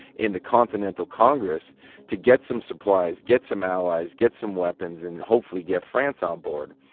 in the continental congress to get some supplies, get some allies, get some weapons and hopefully get france on board.